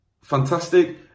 fantastic